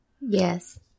Yes